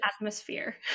atmosphere